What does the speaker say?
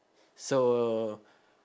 so